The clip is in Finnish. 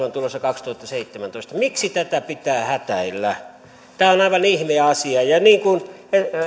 on tulossa kaksituhattaseitsemäntoista miksi tätä pitää hätäillä tämä on aivan ihme asia niin kuin